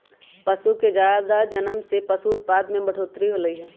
पशु के जादा जनम से पशु उत्पाद में बढ़ोतरी होलई ह